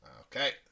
Okay